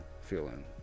feeling